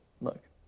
Look